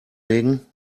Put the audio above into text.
legen